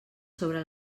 sobre